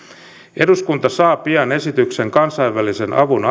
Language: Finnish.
eduskunta saa pian esityksen kansainvälisen avun